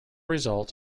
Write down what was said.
result